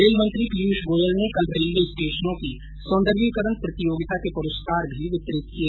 rail मंत्री पीयुष गोयल ने कल रेलवे स्टेशनों की सौंदर्यकरण प्रतियोगिता के पुरस्कार भी वितरित किए